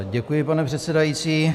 Děkuji, pane předsedající.